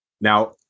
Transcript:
Now